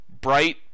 bright